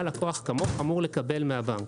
ומה לקוח כמוך אמור לקבל מהבנק